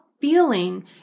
feeling